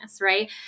Right